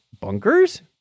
bunkers